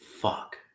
Fuck